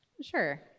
Sure